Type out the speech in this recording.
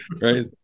right